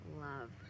love